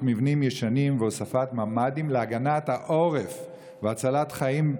מבנים ישנים והוספת ממ"דים להגנת העורף והצלת חיים.